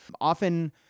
Often